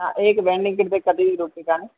अ एक वेण्डिङ् कृते कति रूप्यकाणि